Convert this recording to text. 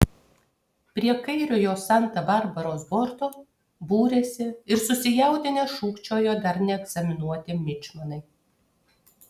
prie kairiojo santa barbaros borto būrėsi ir susijaudinę šūkčiojo dar neegzaminuoti mičmanai